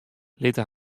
litte